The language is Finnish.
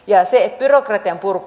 ja se byrokratian purku